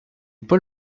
paul